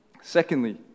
Secondly